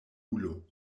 ulo